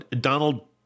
Donald